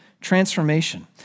transformation